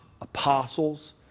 apostles